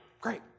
great